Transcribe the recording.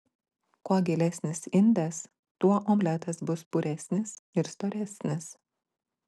kuo gilesnis indas tuo omletas bus puresnis ir storesnis